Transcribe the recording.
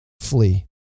Flee